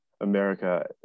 America